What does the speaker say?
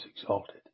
exalted